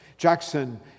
Jackson